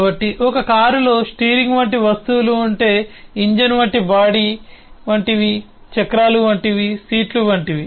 కాబట్టి ఒక కారులో స్టీరింగ్ వంటి వస్తువులు ఉంటే ఇంజిన్ వంటి బాడీ వంటివి చక్రాలు వంటివి సీట్లు వంటివి